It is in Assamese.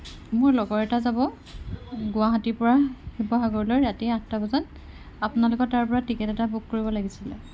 মোৰ লগৰ এটা যাব গুৱাহাটীৰ পৰা শিৱসাগৰলৈ ৰাতি আঠটা বজাত আপোনালোকৰ তাৰপৰা টিকট এটা বুক কৰিব লাগিছিলে